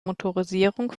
motorisierung